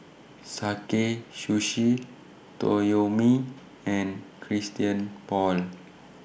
Sakae Sushi Toyomi and Christian Paul